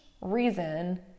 reason